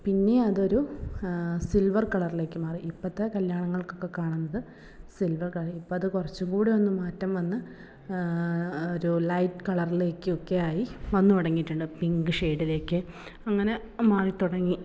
പിന്നെ അത് ഒരു സിൽവർ കളറിലേക്ക് മാറി ഇപ്പോഴത്തെ കല്യാണങ്ങൾക്ക് ഒക്കെ കാണുന്നത് സിൽവർ കളർ ഇപ്പോൾ അത് കുറച്ചും കൂടെ ഒന്ന് മാറ്റം വന്നു ഒരു ലൈറ്റ് കളറിലേക്കൊക്കെ ആയി വന്ന് തുടങ്ങിയിട്ടുണ്ട് പിങ്ക് ഷേഡിലേക്ക് അങ്ങനെ മാറി തുടങ്ങി